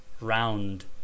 Round